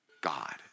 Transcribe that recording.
God